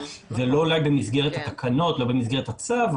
זה אולי לא במסגרת התקנות לא במסגרת הצו,